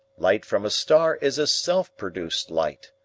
light from a star is a self-produced light.